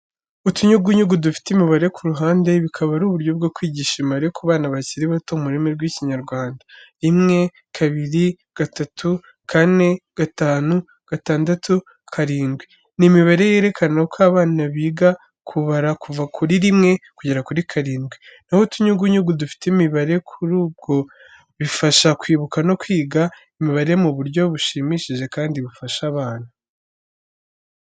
Utunyugunyugu dufite imibare ku ruhande, bikaba ari uburyo bwo kwigisha imibare ku bana bakiri bato mu rurimi rw'Ikinyarwanda 1, 2, 3, 4, 5, 6, 7 ni imibare yerekana uko abana biga kubara kuva ku 1 kugera ku 7. Naho utunyugunyugu dufite imibare kuri bwo bifasha mu kwibuka no kwiga imibare mu buryo bushimishije kandi bufasha abana.